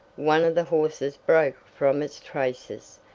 one of the horses broke from its traces,